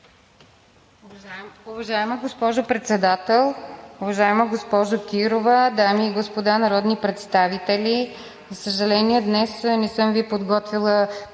Уважаема госпожо Председател, уважаема госпожо Кирова, дами и господа народни представители! За съжаление, днес не съм Ви подготвила писмен